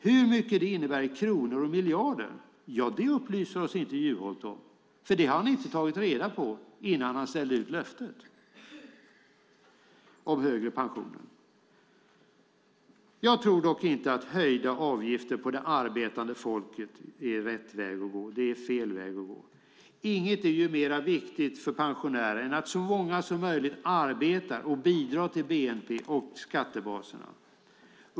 Hur mycket det innebär i kronor och miljarder, ja det upplyser oss inte Juholt om för det har han inte tagit reda på innan han ställde ut löftet om högre pensioner. Jag tror dock inte att höjda avgifter på det arbetande folket är rätt väg att gå. Det är fel väg att gå. Inget är mer viktigt för pensionärer än att så många som möjligt arbetar och bidrar till bnp och skattebaserna.